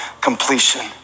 completion